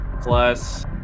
Plus